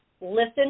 listen